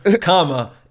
comma